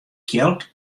kjeld